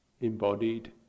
embodied